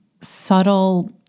subtle